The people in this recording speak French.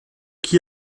qui